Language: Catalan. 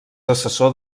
assessor